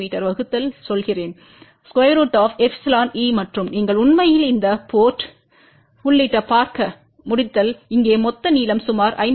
me வகுத்தல் சொல்கிறேன்√εeமற்றும் நீங்கள் உண்மையில் இந்த போர்ட் உள்ளிட்ட பார்க்க முடித்தல் இங்கே மொத்த நீளம் சுமார் 57